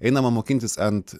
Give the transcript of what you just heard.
einama mokintis ant